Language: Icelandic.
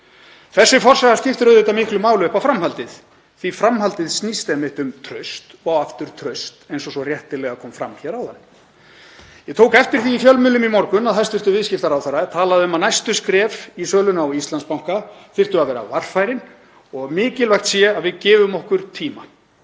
Þessi forsaga skiptir auðvitað miklu máli upp á framhaldið því að framhaldið snýst einmitt um traust og aftur traust eins og réttilega kom fram hér áðan. Ég tók eftir því í fjölmiðlum í morgun að hæstv. viðskiptaráðherra talaði um að næstu skref í sölu á Íslandsbanka þyrftu að vera varfærin og mikilvægt væri að við gæfum okkur tíma.